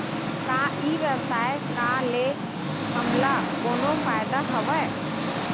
का ई व्यवसाय का ले हमला कोनो फ़ायदा हवय?